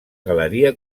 galeria